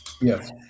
yes